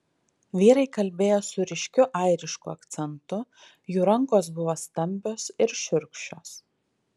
vyrai kalbėjo su ryškiu airišku akcentu jų rankos buvo stambios ir šiurkščios